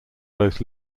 both